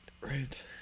right